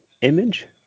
Image